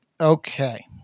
okay